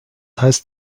heißt